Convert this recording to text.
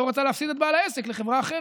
רוצה להפסיד את בעל העסק לחברה אחרת.